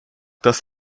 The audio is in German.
das